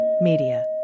Media